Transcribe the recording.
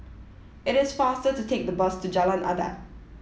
it is faster to take the bus to Jalan Adat